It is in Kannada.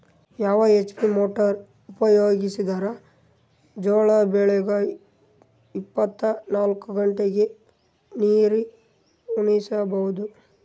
ಯಾವ ಎಚ್.ಪಿ ಮೊಟಾರ್ ಉಪಯೋಗಿಸಿದರ ಜೋಳ ಬೆಳಿಗ ಇಪ್ಪತ ನಾಲ್ಕು ಗಂಟೆ ನೀರಿ ಉಣಿಸ ಬಹುದು?